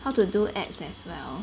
how to do ads as well